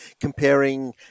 comparing